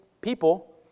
people